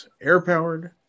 air-powered